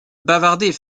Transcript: bavarder